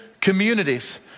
communities